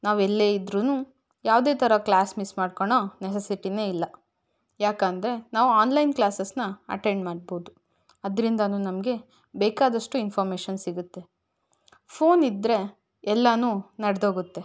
ನಾವು ಎಲ್ಲೇ ಇದ್ರೂ ಯಾವುದೇ ಥರ ಕ್ಲಾಸ್ ಮಿಸ್ ಮಾಡ್ಕಳೋ ನೆಸೆಸಿಟಿನೆ ಇಲ್ಲ ಯಾಕಂದರೆ ನಾವು ಆನ್ಲೈನ್ ಕ್ಲಾಸಸನ್ನ ಅಟೆಂಡ್ ಮಾಡ್ಬೋದು ಅದರಿಂದಾನು ನಮಗೆ ಬೇಕಾದಷ್ಟು ಇನ್ಫೋರ್ಮೇಶನ್ ಸಿಗುತ್ತೆ ಫೋನ್ ಇದ್ದರೆ ಎಲ್ಲಾ ನಡ್ದೊಗುತ್ತೆ